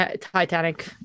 titanic